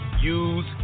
use